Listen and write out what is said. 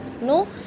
No